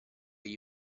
gli